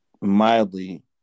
mildly